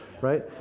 right